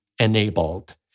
enabled